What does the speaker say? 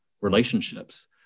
relationships